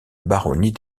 baronnie